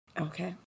Okay